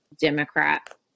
Democrat